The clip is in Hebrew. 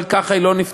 אבל ככה היא לא נפתחת.